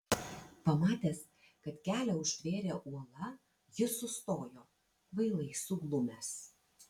pamatęs kad kelią užtvėrė uola jis sustojo kvailai suglumęs